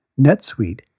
NetSuite